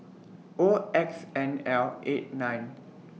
O X N L eight nine